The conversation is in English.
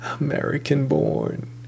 American-born